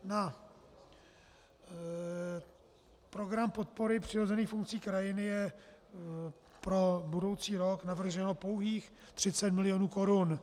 V programu podpory přirozených funkcí krajiny je pro budoucí rok navrženo pouhých 30 mil. Kč.